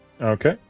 Okay